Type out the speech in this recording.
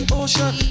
ocean